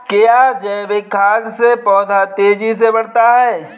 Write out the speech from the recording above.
क्या जैविक खाद से पौधा तेजी से बढ़ता है?